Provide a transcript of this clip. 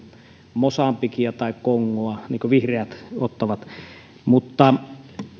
mosambikia tai kongoa niin kuin vihreät ottavat